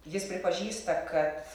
jis pripažįsta kad